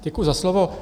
Děkuju za slovo.